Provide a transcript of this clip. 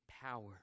power